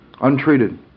Untreated